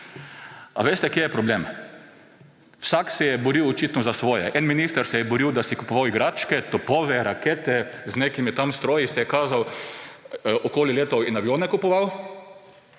A veste, kje je problem? Vsak se je boril očitno za svoje. En minister se je boril, da si je kupoval igračke, topove, rakete, z nekimi stroji se je kazal, okoli letal in avione kupoval,